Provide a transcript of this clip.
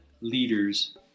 leaders